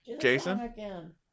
Jason